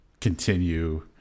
continue